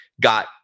got